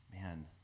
man